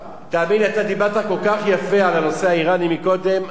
אתה דיברת כל כך יפה על הנושא האירני קודם.